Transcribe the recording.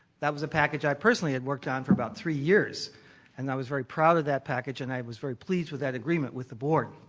that was a package i personally had worked on for about three years and i was very proud of that package and i was very pleased with that agreement with the board.